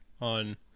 on